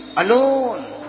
alone